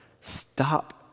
stop